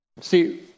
See